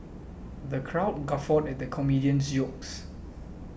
the crowd guffawed at the comedian's jokes